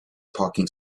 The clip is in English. parking